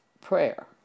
prayer